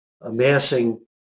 amassing